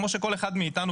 כמו שכל אחד מאתנו,